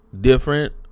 different